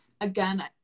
again